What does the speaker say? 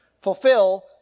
Fulfill